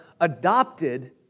adopted